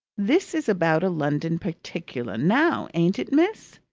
this is about a london particular now, ain't it, miss?